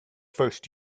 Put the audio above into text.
first